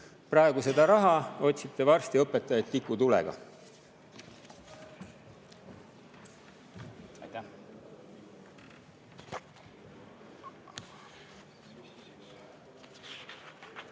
praegu seda raha, otsite varsti õpetajaid tikutulega.